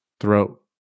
throat